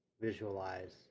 visualize